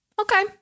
Okay